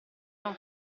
non